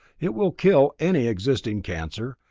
it will kill any existing cancer,